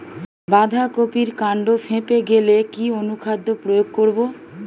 বাঁধা কপির কান্ড ফেঁপে গেলে কি অনুখাদ্য প্রয়োগ করব?